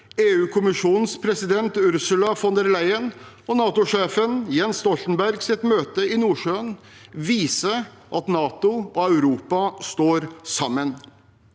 EU-kommisjonens president Ursula von der Leyen og NATO-sjef Jens Stoltenbergs møte i Nordsjøen viser at NATO og Europa står sammen.